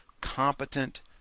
competent